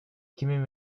kimin